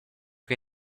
che